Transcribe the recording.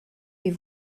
est